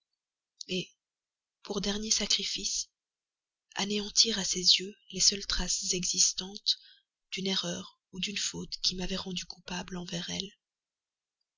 et pour dernier sacrifice anéantir à ses yeux les seules traces existantes d'une erreur ou d'une faute qui m'avait rendu coupable envers elle